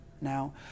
Now